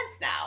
now